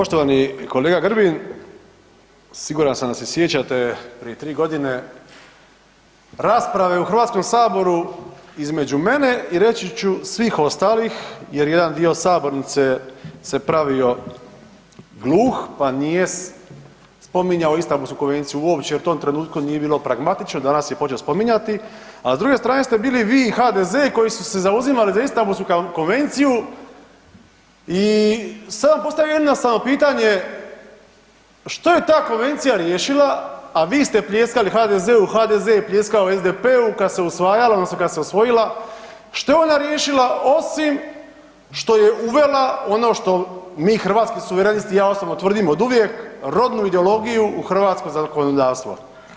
Poštovani kolega Grbin, siguran sam da se sjećate prije 3 godine rasprave u Hrvatskom saboru između mene i reći su svih ostalih jer jedan dio sabornice se pravio gluh pa nije spominjao Istambulsku konvenciju uopće u tom trenutku nije bilo pragmatično, danas je počeo spominjati, a s druge strane ste bili vi i HDZ koji su se zauzimali za Istambulsku konvenciju i sad bi vam postavio jedno samo pitanje što je ta konvencija riješila, a vi ste pljeskali HDZ-u i HDZ je pljeskao SDP-u kad se usvajala odnosno kad se usvojila što je ona riješila osim što je uvela ono što mi Hrvatski suverenisti i ja osobno tvrdim oduvijek rodnu ideologiju u hrvatsko zakonodavstvo.